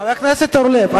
חבר הכנסת אורלב,